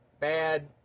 bad